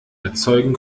erzeugen